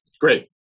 Great